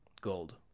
gold